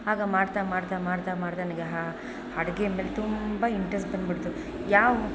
ಆಗ ಮಾಡ್ತಾ ಮಾಡ್ತಾ ಮಾಡ್ತಾ ಮಾಡ್ತಾ ನನಗೆ ಹಾ ಅಡ್ಗೆ ಮೇಲೆ ತುಂಬ ಇಂಟ್ರೆಸ್ಟ್ ಬನ್ಬಿಡ್ತು ಯಾವ